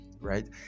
right